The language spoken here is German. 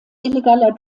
illegaler